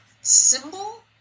symbol